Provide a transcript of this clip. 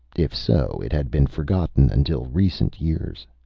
if so, it had been forgotten until recent years.